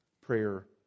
Prayer